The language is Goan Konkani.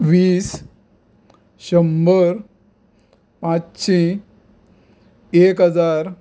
वीस शंबर पांचशें एक हजार